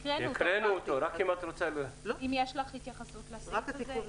החקלאות, האם יש לך התייחסות לסעיף הזה?